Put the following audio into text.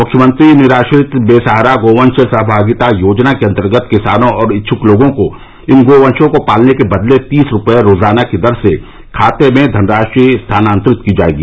मुख्यमंत्री निराश्रित बेसहारा गौवंश सहभागिता योजना के अन्तर्गत किसानों और इच्छक लोगों को इन गौवंशों को पालने के बदले तीस रूपये रोजाना की दर से खाते में धनराशि स्थानांतरित की जायेगी